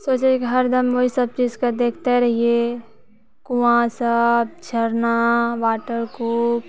सोचै कि हरदम ओहिसब चीजके देखिते रहिए कुआँसब झरना वाटर कूप